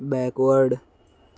backward